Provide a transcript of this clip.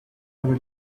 ever